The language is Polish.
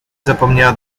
zapomniała